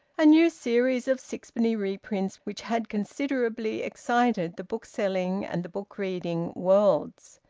a new series of sixpenny reprints which had considerably excited the book-selling and the book-reading worlds,